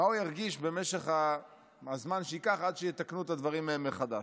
מה הוא ירגיש במשך הזמן שייקח עד שיתקנו את הדברים מחדש.